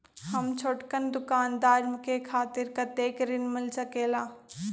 हम छोटकन दुकानदार के खातीर कतेक ऋण मिल सकेला?